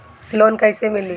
Loan कइसे मिली?